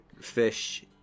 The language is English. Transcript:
Fish